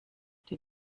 die